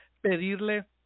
pedirle